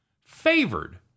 favored